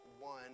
one